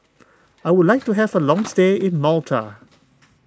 I would like to have a long stay in Malta